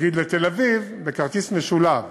נגיד, לתל-אביב בכרטיס משולב,